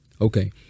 Okay